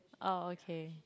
oh okay